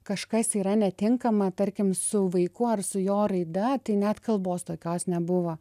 kažkas yra netinkama tarkim su vaiku ar su jo raida tai net kalbos tokios nebuvo